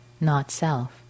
not-self